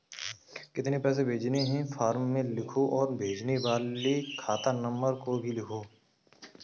कितने पैसे भेजने हैं फॉर्म में लिखो और भेजने वाले खाता नंबर को भी लिखो